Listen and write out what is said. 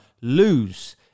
lose